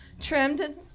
trimmed